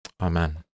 Amen